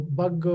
bug